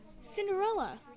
Cinderella